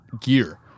gear